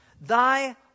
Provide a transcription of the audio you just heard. thy